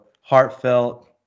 heartfelt